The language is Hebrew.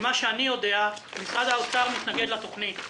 ממה שאני יודע, משרד האוצר מתנגד לתוכנית.